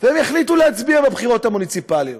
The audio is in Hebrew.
הם יחליטו להצביע בבחירות המוניציפליות.